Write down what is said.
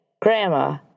grandma